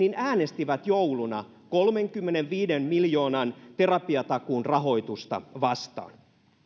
äänestivät jouluna kolmenkymmenenviiden miljoonan terapiatakuun rahoitusta vastaan